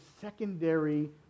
secondary